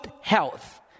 health